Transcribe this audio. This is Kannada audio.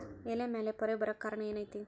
ಎಲೆ ಮ್ಯಾಲ್ ಪೊರೆ ಬರಾಕ್ ಕಾರಣ ಏನು ಐತಿ?